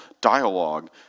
dialogue